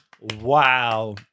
Wow